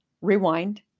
rewind